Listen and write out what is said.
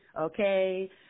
Okay